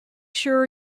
sure